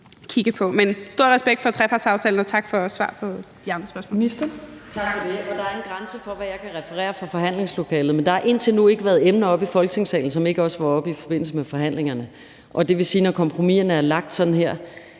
stor respekt for trepartsaftalen, og tak for svar på de andre spørgsmål.